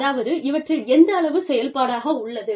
அதாவது இவற்றில் எந்தளவு செயல்பாடாக உள்ளது